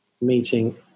meeting